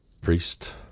priest